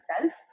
self